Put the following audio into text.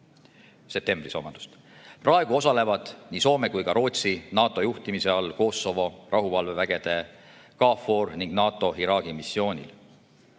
septembris. Praegu osalevad nii Soome kui ka Rootsi NATO juhtimise all Kosovo rahuvalvevägede KFOR- ning NATO Iraagi-missioonil.